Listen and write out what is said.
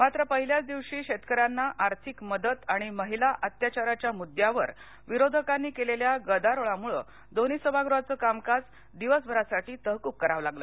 मात्र पहिल्याच दिवशी शेतकऱ्यांना आर्थिक मदत आणि महिला अत्याचाराच्या मुद्द्यावर विरोधकांनी केलेल्या गदारोळामुळे दोन्ही सभागृहाच कामकाज दिवसभरासाठी तहकूब कराव लागल